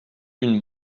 une